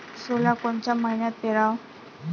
सोला कोन्या मइन्यात पेराव?